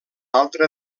altra